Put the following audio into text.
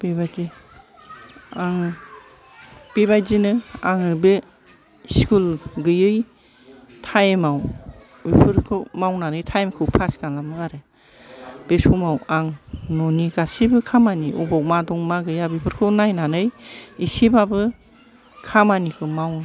बेबादि आं बेबादिनो आङो बे स्कुल गैयै टाइमाव बेफोरखौ मावनानै टाइम खौ पास खालामो आरो बे समाव आं न'नि गासैबो खामानि बबेबाव मा दं मा गैया बेफोरखौ नायनानै एसेबाबो खामानिखौ माव